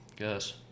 Yes